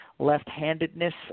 left-handedness